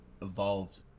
Evolved